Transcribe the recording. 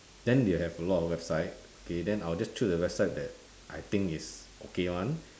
then they will have a lot of website okay then I'll just choose a website that I think is okay [one]